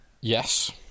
Yes